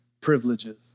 privileges